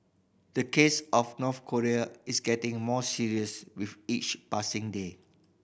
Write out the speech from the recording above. the case of North Korea is getting more serious with each passing day